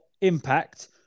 Impact